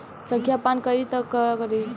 संखिया पान करी त का करी?